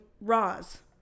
Roz